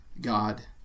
God